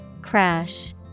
Crash